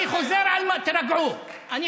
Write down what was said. למה אתה מחריב לו את הממשלה?